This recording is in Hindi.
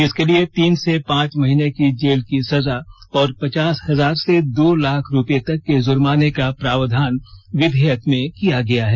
इसके लिए तीन से पांच महीने की जेल की सजा और पचास हजार से दो लाख रूपए तक के जुर्माने का प्रावधान विधेयक में किया गया है